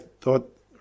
thought